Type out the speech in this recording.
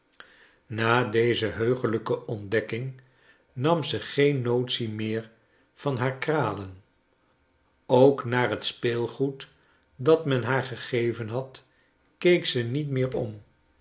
na deze heuglijke ontdekking nam ze geen notitie meer van haar kralen ook naar tspeelgoed dat men haar gegeven had keek ze niet meer om